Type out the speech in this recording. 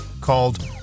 called